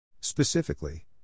Specifically